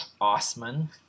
Osman